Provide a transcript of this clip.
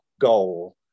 goal